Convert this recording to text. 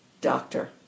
Doctor